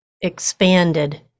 expanded